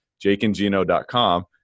jakeandgino.com